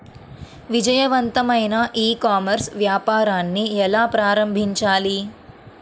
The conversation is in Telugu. విజయవంతమైన ఈ కామర్స్ వ్యాపారాన్ని ఎలా ప్రారంభించాలి?